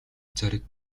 зориг